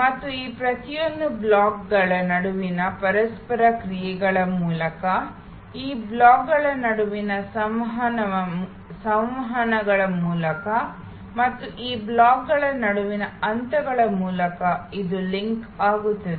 ಮತ್ತು ಈ ಪ್ರತಿಯೊಂದು ಬ್ಲಾಕ್ಗಳ ನಡುವಿನ ಪರಸ್ಪರ ಕ್ರಿಯೆಗಳ ಮೂಲಕ ಈ ಬ್ಲಾಕ್ಗಳ ನಡುವಿನ ಸಂವಹನಗಳ ಮೂಲಕ ಮತ್ತು ಈ ಬ್ಲಾಕ್ಗಳ ನಡುವಿನ ಹಂತಗಳ ಮೂಲಕ ಸಂಪರ್ಕ ಏರ್ಪಡುತ್ತದೆ